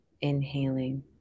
Inhaling